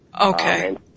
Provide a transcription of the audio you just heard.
Okay